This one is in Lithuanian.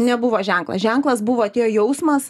nebuvo ženklas ženklas buvo atėjo jausmas